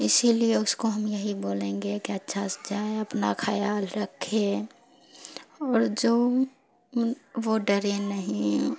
اسی لیے اس کو ہم یہی بولیں گے کہ اچھا سے جائیں اپنا خیال رکھے اور جو وہ ڈرے نہیں